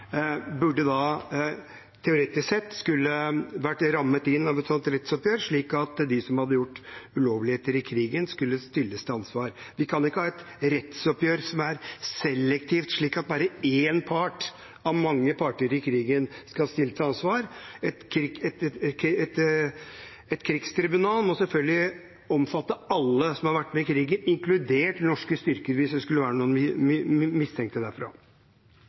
burde da teoretisk sett vært rammet inn av et slikt rettsoppgjør, slik at de som hadde gjort ulovligheter i krigen, ble stilt til ansvar. Vi kan ikke ha et rettsoppgjør som er selektivt, slik at bare én part av mange parter i krigen skal stilles til ansvar. Et krigstribunal må selvfølgelig omfatte alle som har vært med i krigen, inkludert norske styrker hvis det skulle være noen